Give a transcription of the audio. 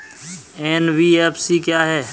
NBFC क्या है?